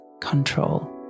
control